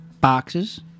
boxes